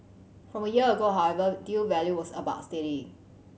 from a year ago however deal value was about steady